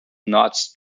nuts